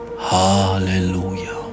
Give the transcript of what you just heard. hallelujah